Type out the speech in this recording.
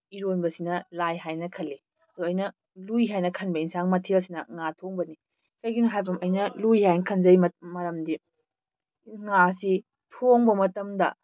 ꯏꯔꯣꯟꯕꯁꯤꯅ ꯂꯥꯏ ꯍꯥꯏꯅ ꯈꯜꯂꯤ ꯑꯗꯣ ꯑꯩꯅ ꯂꯨꯏ ꯍꯥꯏꯅ ꯈꯟꯕ ꯏꯟꯁꯥꯡ ꯃꯊꯦꯜꯁꯤꯅ ꯉꯥ ꯊꯣꯡꯕꯅꯤ ꯀꯩꯒꯤꯅꯣ ꯍꯥꯏꯕ ꯑꯩꯅ ꯂꯨꯏ ꯍꯥꯏꯅ ꯈꯟꯖꯩ ꯃꯔꯝꯗꯤ ꯉꯥꯁꯤ ꯊꯣꯡꯕ ꯃꯇꯝꯗ